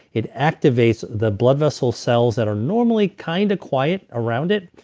it activates the blood vessel cells that are normally kind of quiet around it.